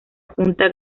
junta